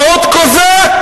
ובדמעות קוזק: